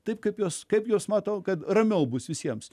taip kaip jos kaip jos matau kad ramiau bus visiems